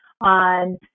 on